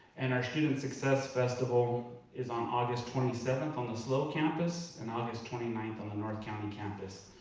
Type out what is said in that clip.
and our student success festival is on august twenty seventh on the slo campus, and august twenty ninth on the north county campus.